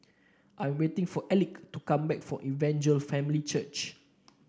I'm waiting for Elick to come back from Evangel Family Church